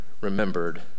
remembered